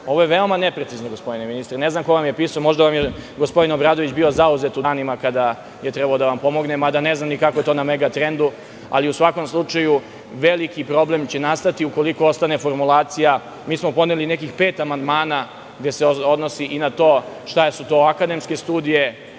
Ovo je veoma neprecizno, gospodine ministre. Ne znam ko vam je pisao. Možda je gospodin Obradović bio zauzet u danima kada je trebalo da vam pomogne, mada ne znam kako je to na Megatrendu. U svakom slučaju, veliki problem će nastati ukoliko ostane formulacija. Mi smo podneli nekih pet amandmana koji se odnose i na to šta su to akademske studije.